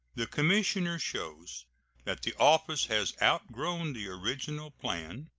the commissioner shows that the office has outgrown the original plan,